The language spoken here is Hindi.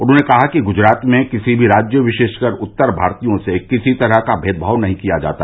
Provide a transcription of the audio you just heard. उन्होंने कहा कि गुजरात में किसी भी राज्य विशेषकर उत्तर भारतीयों से किसी तरह का भेदभाव नहीं किया जाता